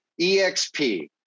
EXP